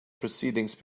proceedings